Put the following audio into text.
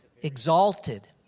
exalted